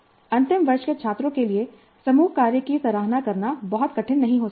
अंतिम वर्ष के छात्रों के लिए समूह कार्य की सराहना करना बहुत कठिन नहीं हो सकता है